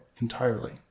entirely